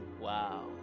Wow